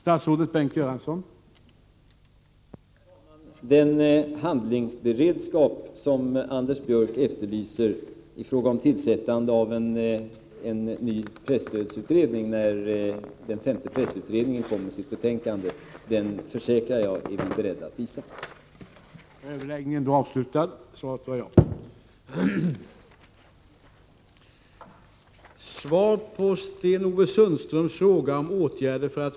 Herr talman! Den handlingsberedskap som Anders Björck efterlyser i fråga om tillsättande av en ny presstödsutredning, när den femte pressutred ningen framlägger sitt betänkande, försäkrar jag att vi är beredda att visa.